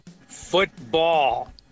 Football